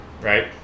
right